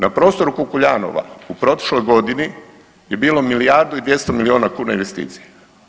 Na prostoru Kukuljanova, u prošloj godini je bilo milijardu i 200 milijuna kuna investicija.